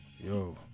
yo